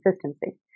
consistency